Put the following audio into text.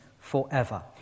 forever